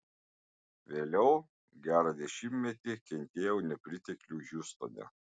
vėliau gerą dešimtmetį kentėjau nepriteklių hjustone